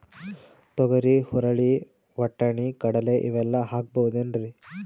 ತೊಗರಿ, ಹುರಳಿ, ವಟ್ಟಣಿ, ಕಡಲಿ ಇವೆಲ್ಲಾ ಹಾಕಬಹುದೇನ್ರಿ?